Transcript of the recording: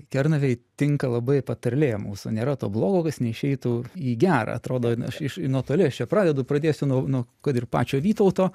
kernavei tinka labai patarlė mūsų nėra to blogo kas neišeitų į gerą atrodo aš iš nuo toli aš čia pradedu pradėsiu nuo nuo kad ir pačio vytauto